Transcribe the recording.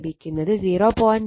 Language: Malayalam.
0676 Wb ആണ്